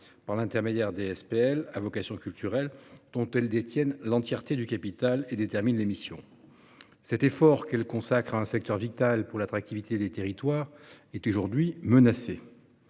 par an, les SPL à vocation culturelle, dont elles détiennent l'intégralité du capital et déterminent les missions. Cependant, cet effort financier consacré à un secteur vital pour l'attractivité des territoires est aujourd'hui menacé